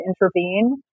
intervene